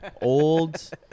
Old